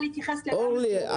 אורלי,